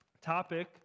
topic